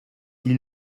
ils